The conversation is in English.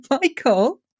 Michael